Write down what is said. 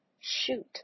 shoot